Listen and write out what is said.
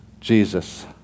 Jesus